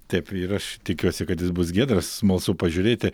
taip ir aš tikiuosi kad jis bus giedras smalsu pažiūrėti